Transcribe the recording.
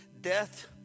death